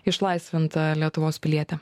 išlaisvinta lietuvos pilietė